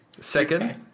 Second